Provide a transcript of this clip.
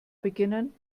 beginnen